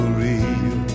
real